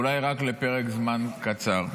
אולי, רק לפרק זמן קצר.